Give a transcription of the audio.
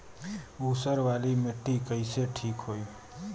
ऊसर वाली मिट्टी कईसे ठीक होई?